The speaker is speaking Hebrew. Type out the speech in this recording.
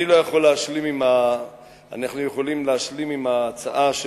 אנחנו יכולים להשלים עם ההצעה,